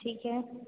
ठीक है